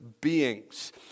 beings